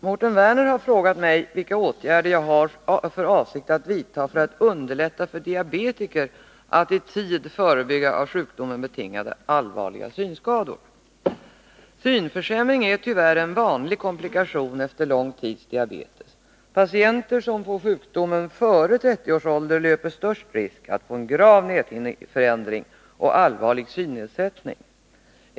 Herr talman! Mårten Werner har frågat mig vilka åtgärder jag har för avsikt att vidta för att underlätta för diabetiker att i tid förebygga av sjukdomen betingade allvarliga synskador. Synförsämring är tyvärr en vanlig komplikation efter lång tids diabetes. Patienter som får sjukdomen före 30 års ålder löper störst risk att få en grav näthinneförändring och allvarlig synnedsättning.